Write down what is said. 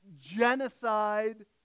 genocide